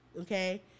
Okay